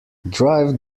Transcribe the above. drive